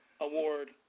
award